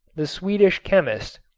the swedish chemist,